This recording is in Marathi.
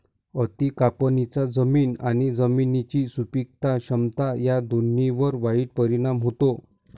अति कापणीचा जमीन आणि जमिनीची सुपीक क्षमता या दोन्हींवर वाईट परिणाम होतो